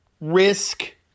Risk